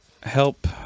help